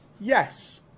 yes